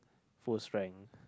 full strength